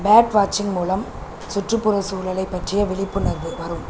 bird வாட்சிங் மூலம் சுற்றுப்புற சூழலைப் பற்றிய விழிப்புணர்வு வரும்